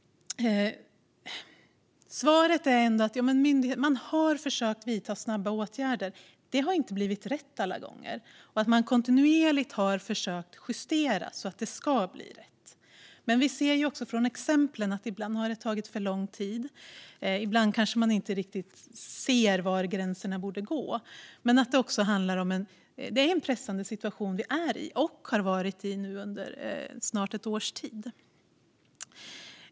Svaret är att man har försökt vidta snabba åtgärder. Det har inte blivit rätt alla gånger, men kontinuerligt har man försökt justera så att det ska bli rätt. Vi ser också från exemplen i ämbetsberättelsen att det ibland har tagit för lång tid och att man ibland kanske inte riktigt ser var gränserna borde gå. Men det är en pressande situation som vi är i och har varit i under snart ett års tid.